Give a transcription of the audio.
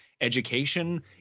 education